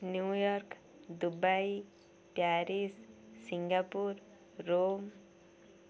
New York Dubai Paris Singapore Rome